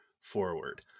forward